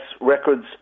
Records